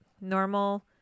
normal